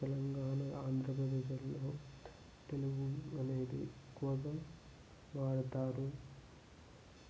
తెలంగాణ ఆంధ్రప్రదేశ్ అట్లా తెలుగు అనేది ఎక్కువగా వాడతారు